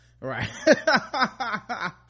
right